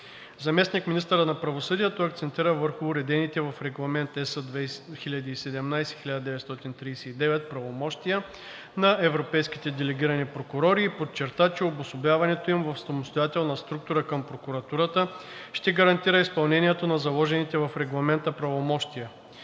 Заместник-министърът на правосъдието акцентира върху уредените в Регламент (ЕС) 2017/1939 правомощия на европейските делегирани прокурори и подчерта, че обособяването им в самостоятелна структура към прокуратурата ще гарантира изпълнението на заложените в Регламента правомощия.